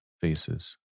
faces